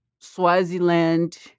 Swaziland